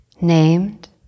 Named